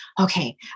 okay